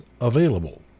available